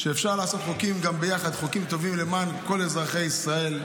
אפשר לעשות יחד חוקים טובים למען כל אזרחי ישראל.